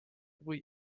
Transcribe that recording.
või